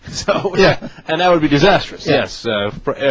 stopover yeah and that would be disastrous yes so